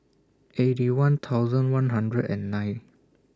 Eighty One thousand one hundred and nine